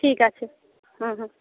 ঠিক আছে হুম হুম